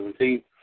2017